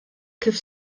kif